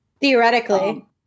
Theoretically